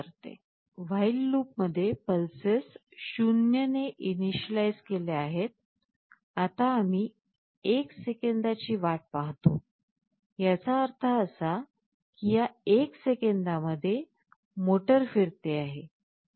while लूपमध्ये pulses 0 ने initialize केल्या आहेत आता आम्ही 1 सेकंदाची वाट पाहतो याचा अर्थ असा की या 1 सेकंदामध्ये मोटर फिरते आहे